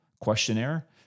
questionnaire